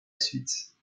suite